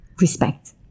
Respect